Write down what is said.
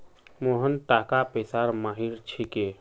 मोहन टाका पैसार माहिर छिके